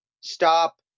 stop